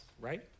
right